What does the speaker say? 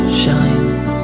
shines